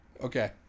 Okay